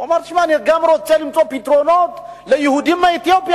הוא אמר: אני רוצה למצוא פתרונות גם ליהודים מאתיופיה,